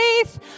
faith